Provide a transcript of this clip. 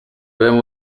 byłem